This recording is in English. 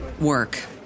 work